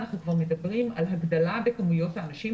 אנחנו כבר מדברים על הגדלה במספר האנשים.